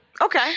Okay